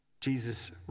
Jesus